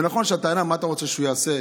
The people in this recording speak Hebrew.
ונכונה הטענה: מה אתה רוצה שהוא יעשה?